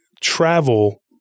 travel